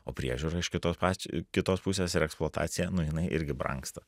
o priežiūra iš kitos pač kitos pusės ir eksploatacija nu jinai irgi brangsta